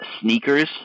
Sneakers